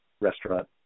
restaurant